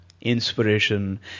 inspiration